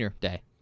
Day